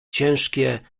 ciężkie